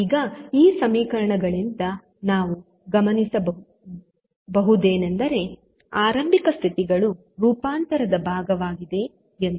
ಈಗ ಈ ಸಮೀಕರಣಗಳಿಂದ ನಾವು ಗಮನಿಸಬಹುದೇನೆಂದರೆ ಆರಂಭಿಕ ಸ್ಥಿತಿಗಳು ರೂಪಾಂತರದ ಭಾಗವಾಗಿವೆ ಎಂದು